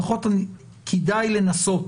לפחות כדאי לנסות,